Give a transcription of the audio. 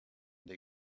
they